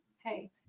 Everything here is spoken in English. hey